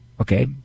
Okay